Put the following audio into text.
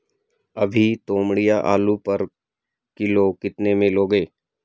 अभी तोमड़िया आलू पर किलो कितने में लोगे?